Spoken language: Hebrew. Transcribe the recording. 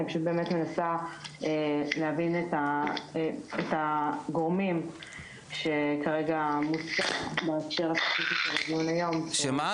אני פשוט באמת מנסה להבין את הגורמים שכרגע --- הגורמים שמה?